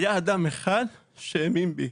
היה אדם אחד שהאמין בי.